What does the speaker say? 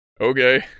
okay